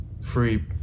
free